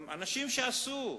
הם אנשים שעשו,